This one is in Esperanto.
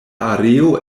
areo